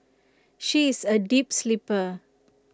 she is A deep sleeper